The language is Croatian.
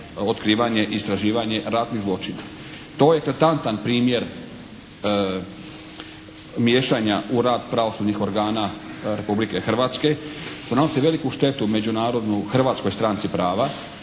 otkrivanje i istraživanje ratnih zločina. To je eklatantan primjer miješanja u rad pravosudnih organa Republike Hrvatske, nanosi veliku štetu međunarodnu Hrvatskoj stranci prava